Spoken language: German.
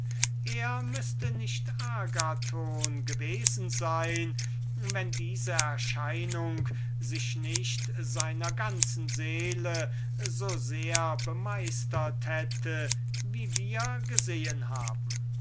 er müßte nicht agathon gewesen sein wenn diese erscheinung sich nicht seiner ganzen seele so sehr bemeistert hätte wie wir gesehen haben